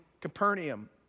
Capernaum